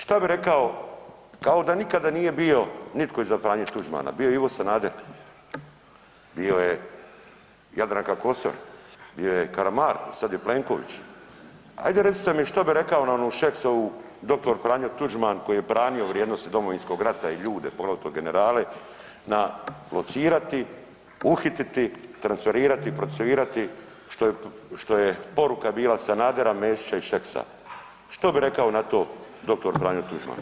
Šta bi rekao kao da nitko nije bio nitko iza Franje Tuđmana, bio je Ivo Sanader, bio je Jadranka Kosor, bio je Karamarko, sad je Plenković. ajde recite mi što bi rekao na onu Šeksovu dr. Franjo Tuđman koji je branio vrijednosti Domovinskog rata i ljude, poglavito generale na locirati, uhititi, transferirati, procesuirati što je poruka bila Sanadera, Mesića i Šeksa, što bi rekao na to dr. Franjo Tuđman?